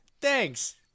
thanks